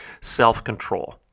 Self-control